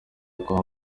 kwa